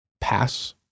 pass